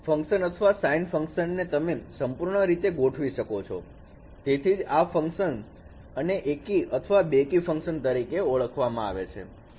function અથવા sine function ને તમે સંપૂર્ણ રીતે ફરીથી ગોઠવી શકો છો તેથી જ આ ફંકશન અને એકી અથવા બેકી ફંકશન તરીકે ઓળખવામાં આવે છે